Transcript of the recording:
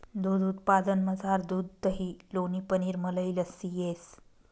दूध उत्पादनमझार दूध दही लोणी पनीर मलई लस्सी येस